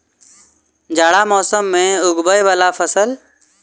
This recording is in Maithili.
जाड़ा मौसम मे उगवय वला फसल?